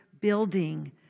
building